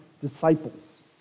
disciples